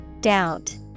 Doubt